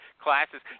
classes